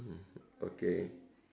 mm okay